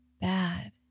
bad